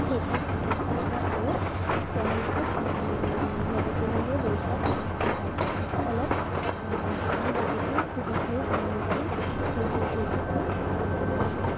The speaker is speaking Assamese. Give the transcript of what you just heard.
সেই ঠাইত উপস্থিত হয় আৰু তেওঁলোকক মেডিকেললৈ লৈ যোৱাত আমাক সহায় কৰে ফলত আমি বহুতো সুবিধাও সন্মুখীন হৈছোঁ যিহেতু